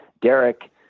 Derek